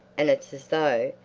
and it's as though,